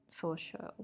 social